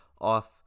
off